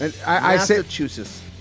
Massachusetts